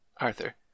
Arthur